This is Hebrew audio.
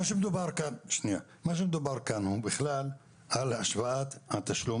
מה שמדובר כאן הוא על השוואת התשלום